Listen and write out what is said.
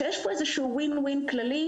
יש פה איזשהו win-win כללי,